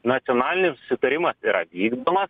nacionalinis sutarimas yra vykdoma